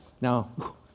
Now